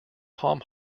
palm